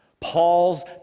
Paul's